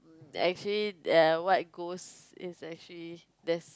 actually their what goes is actually there's